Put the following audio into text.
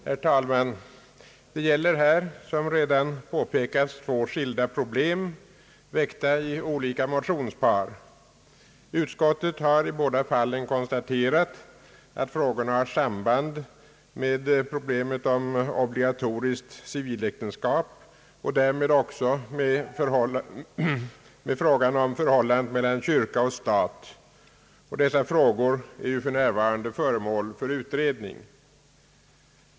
Herr talman! Det gäller här som redan påpekats två skilda problem, väck ta i olika motionspar. Utskottet har i båda fallen konstaterat att frågorna har samband med problemet om obligatoriskt civiläktenskap och därmed också med frågan om förhållandet mellan kyrka och stat. Dessa frågor är ju för närvarande föremål för utredning.